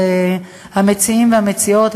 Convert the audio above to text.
המציעים והמציעות,